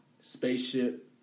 Spaceship